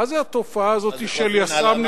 מה זה התופעה הזאת של יס"מניקים?